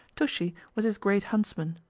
toushi was his great huntsman,